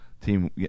team